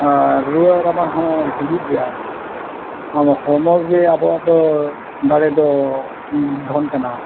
ᱟᱨ ᱨᱩᱣᱟᱹᱼᱨᱟᱵᱟᱝ ᱦᱚᱸ ᱦᱤᱡᱩᱜ ᱜᱮᱭᱟ ᱟᱵᱚ ᱦᱚᱲᱢᱚ ᱜᱮ ᱟᱵᱚᱣᱟᱜ ᱫᱚ ᱫᱟᱲᱮ ᱫᱚ ᱫᱷᱚᱱ ᱠᱟᱱᱟ